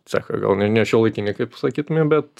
cechą gal ne ne šiuolaikinį kaip sakytume bet